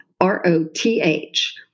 R-O-T-H